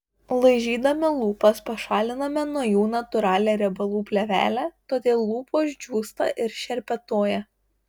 laižydami lūpas pašaliname nuo jų natūralią riebalų plėvelę todėl lūpos džiūsta ir šerpetoja